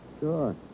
Sure